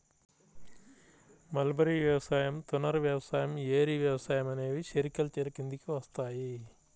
mulberry వ్యవసాయం, తుసర్ వ్యవసాయం, ఏరి వ్యవసాయం అనేవి సెరికల్చర్ కిందికి వస్తాయి